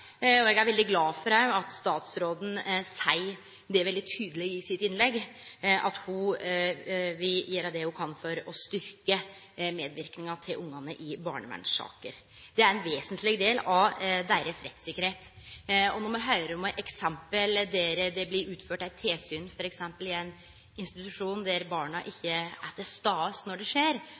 Eg er òg veldig glad for at statsråden seier veldig tydeleg i innlegget sitt at ho vil gjere det ho kan for å styrkje ungane sin medverknad i barnevernssaker. Det er ein vesentleg del av deira rettssikkerheit. Me høyrer om eksempel der det blir utført eit tilsyn f.eks. i ein institusjon, der barna ikkje er til stades når det skjer,